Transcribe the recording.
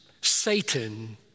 Satan